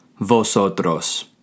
vosotros